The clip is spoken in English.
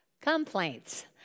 Complaints